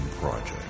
Project